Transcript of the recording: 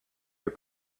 your